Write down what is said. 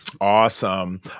Awesome